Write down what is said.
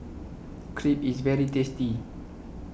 Crepe IS very tasty